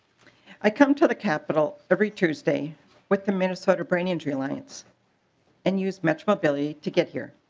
i come to the capital every tuesday with the minnesota brain injury alliance and use metro mobility to get here.